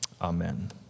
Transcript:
Amen